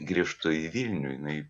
grįžtu į vilnių jinai